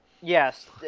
yes